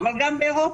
אבל גם באירופה,